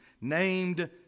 named